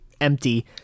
empty